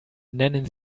nennen